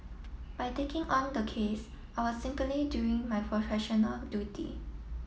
by taking on the case I was simply doing my professional duty